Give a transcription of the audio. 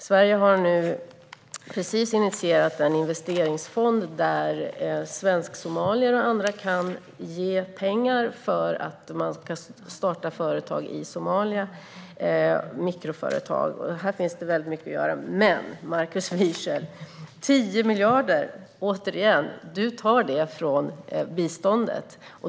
Sverige har precis initierat en investeringsfond till vilken svensksomalier och andra kan ge pengar för att starta mikroföretag i Somalia. Här finns det mycket att göra. Men, Markus Wiechel, ni tar 10 miljarder från biståndet.